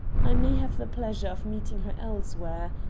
i may have the pleasure of meeting her elsewhere.